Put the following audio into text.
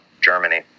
Germany